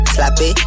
Slappy